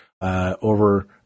over